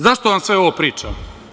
Zašto vam sve ovo pričam?